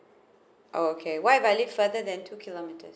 oh okay why valid further than two kilometers